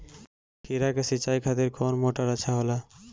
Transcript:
खीरा के सिचाई खातिर कौन मोटर अच्छा होला?